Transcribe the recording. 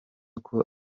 uku